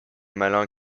malin